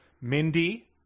Mindy